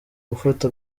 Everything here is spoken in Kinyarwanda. gufata